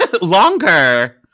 Longer